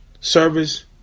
service